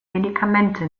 medikamente